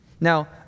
Now